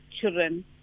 children